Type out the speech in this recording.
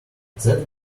that